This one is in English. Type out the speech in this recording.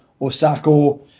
Osako